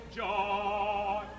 joy